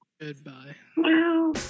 Goodbye